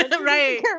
right